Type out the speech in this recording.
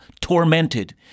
tormented